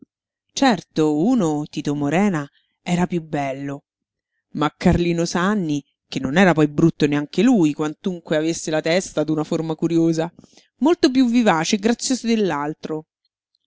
certo uno tito morena era piú bello ma carlino sanni che non era poi brutto neanche lui quantunque avesse la testa d'una forma curiosa molto piú vivace e grazioso